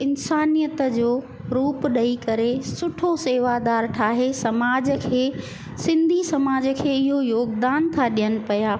इंसानियत जो रूप ॾेई करे सुठो सेवादार ठाहे समाज खे सिंधी समाज खे इयो योगदान था ॾियनि पिया